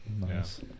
Nice